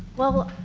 well,